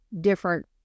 different